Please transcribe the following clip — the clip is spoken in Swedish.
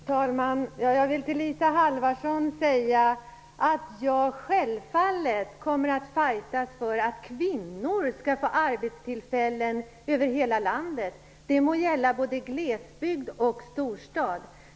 Fru talman! Jag vill säga till Isa Halvarsson att jag självfallet kommer att fajtas för att kvinnor skall få arbetstillfällen över hela landet -- det må gälla glesbygd eller storstad.